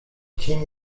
kim